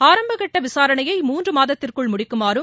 ஆரம்பக் கட்ட விசாரணையை மூன்று மாதத்திற்குள் முடிக்குமாறும்